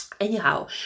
Anyhow